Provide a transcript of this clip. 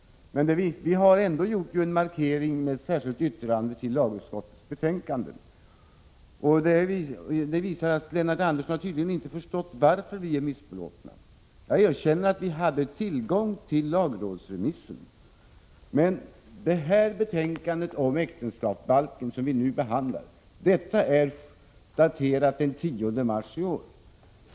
Vi har ändå gjort en markering med ett särskilt yttrande till lagutskottets betänkande, men Lennart Andersson har tydligen inte förstått varför vi är missbelåtna. Jag erkänner att vi hade tillgång till lagrådsremissen. Men det betänkande om äktenskapsbalk som vi nu behandlar är daterat den 10 mars i år.